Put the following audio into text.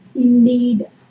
Indeed